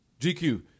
GQ